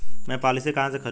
मैं पॉलिसी कहाँ से खरीदूं?